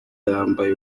yambaye